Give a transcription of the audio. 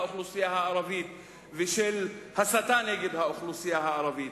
האוכלוסייה הערבית ושל הסתה נגד האוכלוסייה הערבית.